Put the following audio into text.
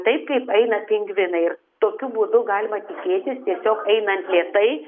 taip kaip eina pingvinai ir tokiu būdu galima tikėtis tiesiog einant lėtai